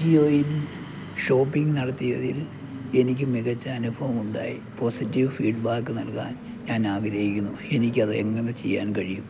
അജിയോയിൽ ഷോപ്പിങ്ങ് നടത്തിയതിൽ എനിക്ക് മികച്ച അനുഭവമുണ്ടായി പോസിറ്റീവ് ഫീഡ്ബാക്ക് നൽകാൻ ഞാനാഗ്രഹിക്കുന്നു എനിക്കത് എങ്ങനെ ചെയ്യാൻ കഴിയും